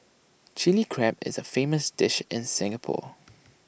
Chilli Crab is A famous dish in Singapore